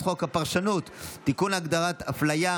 אני קובע שהצעת חוק שירותי הדת היהודיים (בחירת רבני עיר,